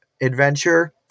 adventure